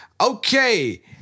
Okay